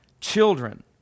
Children